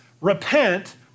repent